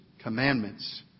Commandments